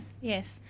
yes